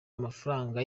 amafaranga